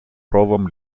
ровом